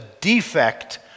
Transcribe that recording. defect